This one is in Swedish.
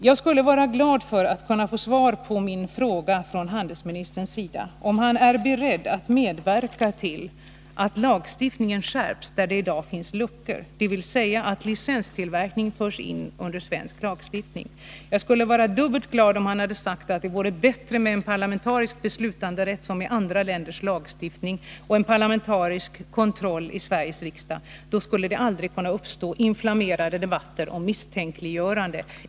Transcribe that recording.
Jag skulle vara glad för att få svar av handelsministern på min fråga, om han är beredd att medverka till att lagstiftningen skärps där det i dag finns luckor i den, dvs. att licenstillverkning av vapen förs in under svensk lagstiftning. Jag skulle ha varit dubbelt glad, om han hade sagt att det vore bättre med parlamentarisk beslutanderätt som i andra länders lagstiftning och parlamentarisk kontroll via årlig redovisning till Sveriges riksdag. Då skulle det aldrig ha kunnat uppstå inflammerade debatter och misstänkliggöranden.